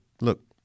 look